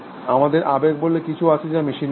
আমাদের আবেগ বলে কিছু আছে যা মেশিনে নেই